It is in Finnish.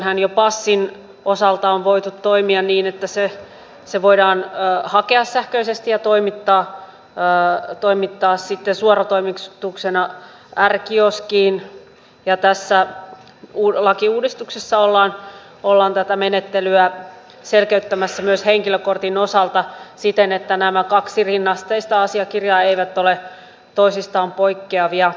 nykyäänhän jo passin osalta on voitu toimia niin että sitä voidaan hakea sähköisesti ja se voidaan toimittaa sitten suoratoimituksena r kioskiin ja tässä lakiuudistuksessa ollaan tätä menettelyä selkeyttämässä myös henkilökortin osalta siten että nämä kaksi rinnasteista asiakirjaa eivät ole toisistaan poikkeavia